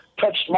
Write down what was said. touched